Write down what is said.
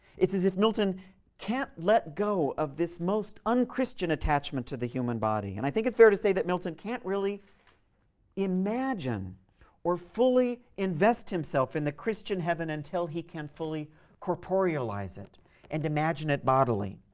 it's as if milton can't let go of this most un-christian attachment to the human body. and i think it's fair to say that milton can't really imagine or fully invest himself in the christian heaven until he can fully corporealize it and imagine it bodily.